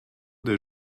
des